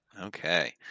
Okay